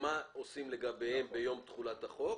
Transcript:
ומה עושים לגביהן ביום תחולת החוק,